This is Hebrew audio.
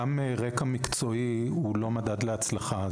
גם רקע מקצועי הוא לא מדד להצלחה.